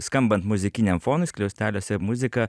skambant muzikiniam fonui skliausteliuose muzika